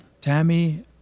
Tammy